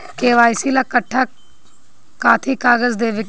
KYC ला कट्ठा कथी कागज देवे के होई?